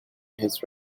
his